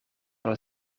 wel